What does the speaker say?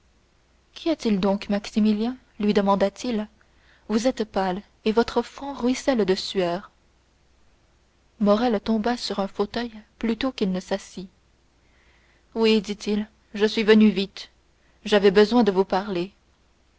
qu'y a-t-il donc maximilien lui demanda-t-il vous êtes pâle et votre front ruisselle de sueur morrel tomba sur un fauteuil plutôt qu'il ne s'assit oui dit-il je suis venu vite j'avais besoin de vous parler